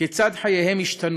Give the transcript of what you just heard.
כיצד חייהן השתנו.